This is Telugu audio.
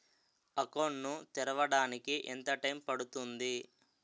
అకౌంట్ ను తెరవడానికి ఎంత టైమ్ పడుతుంది?